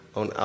on